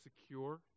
secure